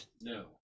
no